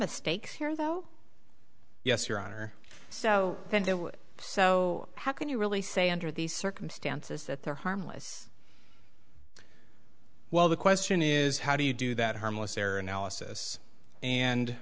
mistakes here though yes your honor so so how can you really say under these circumstances that they're harmless while the question is how do you do that harmless error analysis and